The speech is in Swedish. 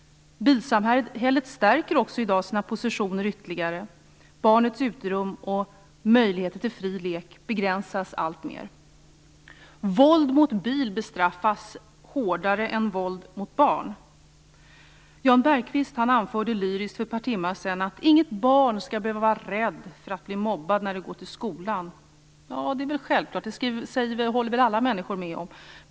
Bilsamhället stärker också i dag sina positioner ytterligare. Barnets uterum och möjligheter till fri lek begränsas alltmer. Våld mot bil bestraffas hårdare än våld mot barn. Jan Bergqvist anförde för ett par timmar sedan lyriskt att inget barn skall behöva vara rädd för att bli mobbat när det går till skolan. Ja, det är väl självklart. Det håller väl alla människor med om.